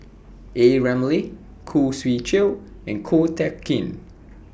A Ramli Khoo Swee Chiow and Ko Teck Kin